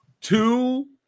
two